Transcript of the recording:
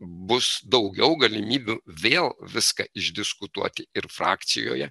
bus daugiau galimybių vėl viską išdiskutuoti ir frakcijoje